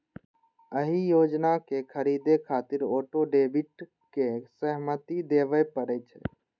एहि योजना कें खरीदै खातिर ऑटो डेबिट के सहमति देबय पड़ै छै